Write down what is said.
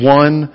one